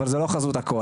אבל זו לא חזות הכל.